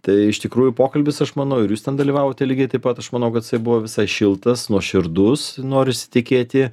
tai iš tikrųjų pokalbis aš manau ir jūs ten dalyvavote lygiai taip pat aš manau kad jisai buvo visai šiltas nuoširdus norisi tikėti